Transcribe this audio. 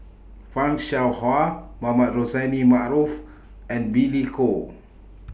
fan Shao Hua Mohamed Rozani Maarof and Billy Koh